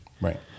right